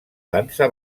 dansa